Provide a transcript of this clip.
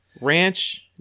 Ranch